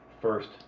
first